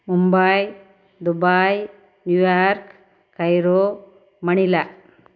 Mumbai Dubai New York Cairo Manila